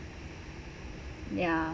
ya